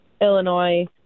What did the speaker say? Illinois